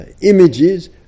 images